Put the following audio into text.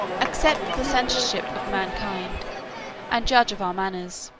accept the censorship of mankind and judge of our manners.